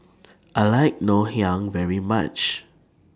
I like Ngoh Hiang very much